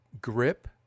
Grip